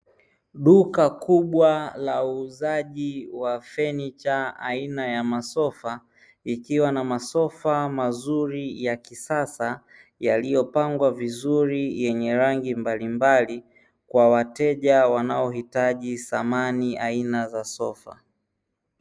Duka kubwa la uuzaji wa fenicha aina ya masofa ikiwa na masofa mazuri ya kisasa yaliyo pangwa vizuri yenye rangi mbali mbali kwa wateja wanao hitaji samani aina za sofa